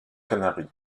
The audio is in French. canari